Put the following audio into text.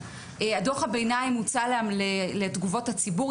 דוח הביניים הוצא לתגובות הציבור,